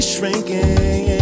shrinking